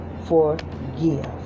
forgive